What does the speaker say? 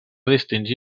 distingir